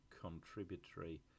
contributory